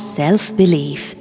self-belief